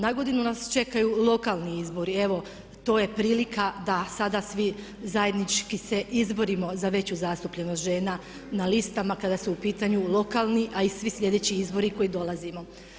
Nagodinu nas čekaju lokalni izbori, evo to je prilika da sada svi zajednički se izborimo za veću zastupljenost žena na listama kada su u pitanju lokalni a i svi sljedeći izbori koji nam dolaze.